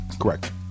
Correct